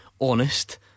honest